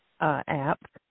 app